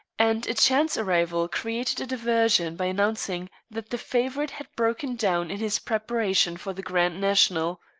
and a chance arrival created a diversion by announcing that the favorite had broken down in his preparation for the grand national.